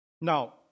Now